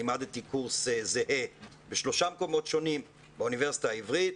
לימדתי קורס זהה בשלושה מקומות שונים: באוניברסיטה העברית,